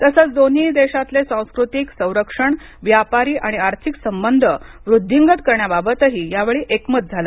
तसंच दोन्ही देशातले सांस्कृतिक संरक्षण व्यापारी आणि आर्थिक संबंध वृद्धिंगत करण्याबाबतही यावेळी एकमत झाल